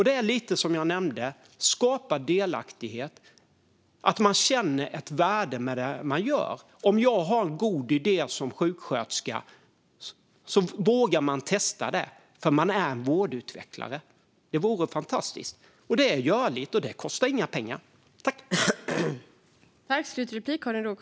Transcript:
Det handlar, som jag nämnde, om att skapa delaktighet och om att man känner att det finns ett värde i det man gör. Om en sjuksköterska har en god idé vågar personen testa idén, för personen är en vårdutvecklare. Det vore fantastiskt, och det är görligt. Det kostar inte heller några pengar.